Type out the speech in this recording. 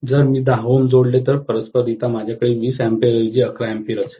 जर मी 10 Ω जोडले तर परस्पररित्या माझ्याकडे 20 A ऐवजी 11 A असेल